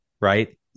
right